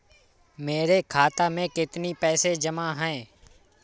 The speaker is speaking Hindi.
मेरे खाता में कितनी पैसे जमा हैं?